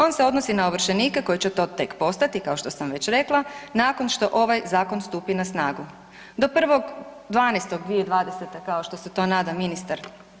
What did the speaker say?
On se odnosi na ovršenika koji će to tek postati kao što sam već rekla, nakon što ovaj zakon stupi na snagu, do 1.12.2020. kao što se to nada ministar.